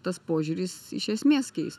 tas požiūris iš esmės keis